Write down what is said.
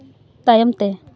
ᱛᱟᱭᱚᱢ ᱛᱮ